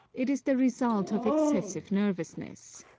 it is the result of excessive nervousness.